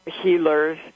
healers